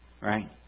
Right